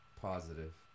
positive